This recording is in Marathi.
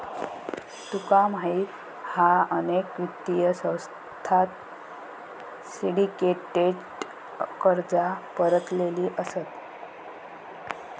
तुका माहित हा अनेक वित्तीय संस्थांत सिंडीकेटेड कर्जा पसरलेली असत